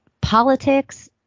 Politics